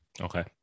Okay